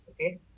Okay